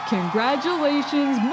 Congratulations